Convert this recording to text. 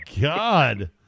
God